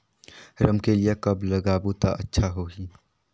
रमकेलिया कब लगाबो ता अच्छा होही?